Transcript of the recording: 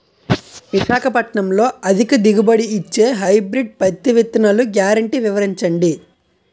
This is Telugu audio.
విశాఖపట్నంలో అధిక దిగుబడి ఇచ్చే హైబ్రిడ్ పత్తి విత్తనాలు గ్యారంటీ వివరించండి?